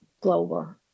global